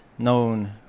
known